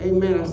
Amen